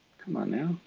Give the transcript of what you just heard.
come on now.